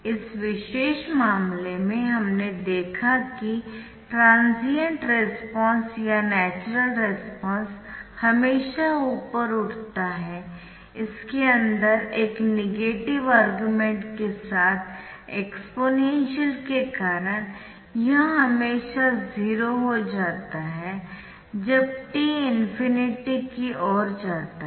इस विशेष मामले में हमने देखा कि ट्रांसिएंट रेस्पॉन्स या नैचरल रेस्पॉन्स हमेशा ऊपर उठता है इसके अंदर एक नेगेटिव आर्गुमेंट के साथ एक्सपोनेंशियल के कारण यह हमेशा 0 हो जाता है जब t इंफिनिटी की ओर जाता है